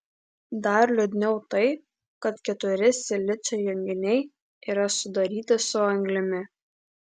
dar liūdniau tai kad keturi silicio junginiai yra sudaryti su anglimi